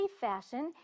fashion